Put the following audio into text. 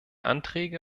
anträge